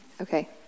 Okay